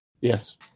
Yes